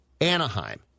Anaheim